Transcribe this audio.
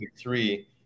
three